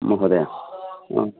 महोदय हा